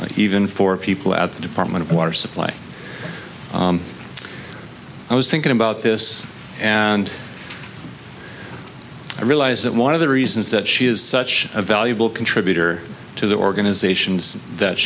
and for people at the department of water supply i was thinking about this and i realize that one of the reasons that she is such a valuable contributor to the organizations that